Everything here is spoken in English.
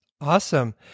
Awesome